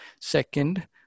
Second